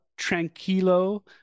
Tranquilo